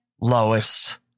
lowest